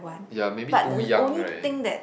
ya maybe too young right